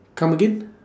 come again